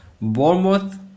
Bournemouth